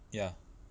ya